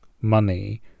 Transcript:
money